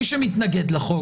מי שמתנגד לחוק,